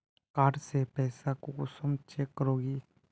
Card से पैसा कुंसम चेक करोगी?